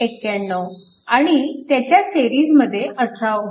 91 आणि त्याच्या सिरीजमध्ये 18 Ω